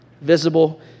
visible